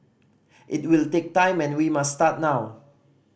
it will take time and we must start now